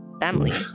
family